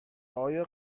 آیا